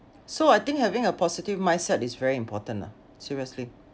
so I think having a positive mindset is very important lah seriously